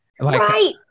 Right